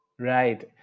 Right